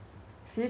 十一点半